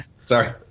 Sorry